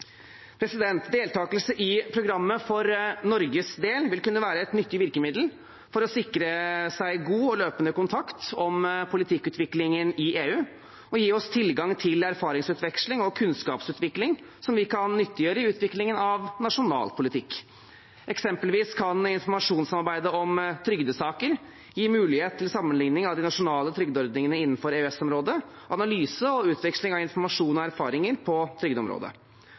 Deltakelse i programmet for Norges del vil kunne være et nyttig virkemiddel for å sikre seg god og løpende kontakt om politikkutviklingen i EU og gi oss tilgang til erfaringsutveksling og kunnskapsutvikling som vi kan nyttiggjøre oss i utviklingen av nasjonal politikk. Eksempelvis kan informasjonsarbeidet om trygdesaker gi mulighet til sammenligning av de nasjonale trygdeordningene innenfor EØS-området, analyse og utveksling av informasjon og erfaringer på trygdeområdet.